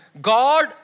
God